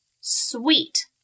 Sweet